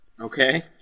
Okay